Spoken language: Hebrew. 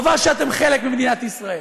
טובה שאתם חלק ממדינת ישראל.